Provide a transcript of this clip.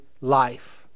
life